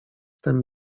tem